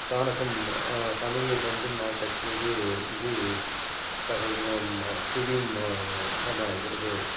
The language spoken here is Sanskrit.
स्थानकं समये गन्तुं न शक्यते इति सः स्थितिः मम कृते